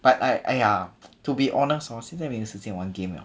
but I !aiya! to be honest hor 现在没有时间玩 game liao